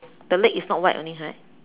the leg is not white only right